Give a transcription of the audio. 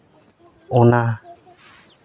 ᱚᱱᱟ